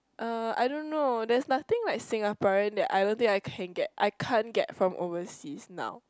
uh I don't know there's nothing like Singaporean that I don't think I can get I can't get from overseas now